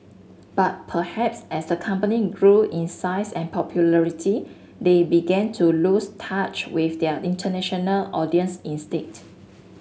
but perhaps as the company grew in size and popularity they began to lose touch with their international audience instead